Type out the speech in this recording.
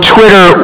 Twitter